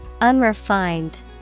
Unrefined